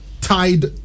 tied